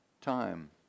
time